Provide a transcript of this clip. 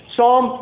Psalm